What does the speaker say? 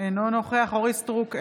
אינו נוכח אורית מלכה סטרוק,